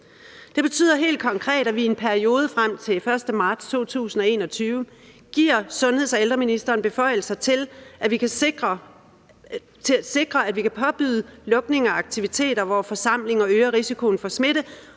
Det betyder helt konkret, at vi i en periode frem til den 1. marts 2021 giver sundheds- og ældreministeren beføjelser, så vi kan påbyde lukning af aktiviteter, hvor forsamlinger øger risikoen for smitte,